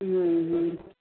હં હં